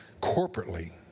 Corporately